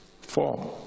form